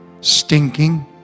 stinking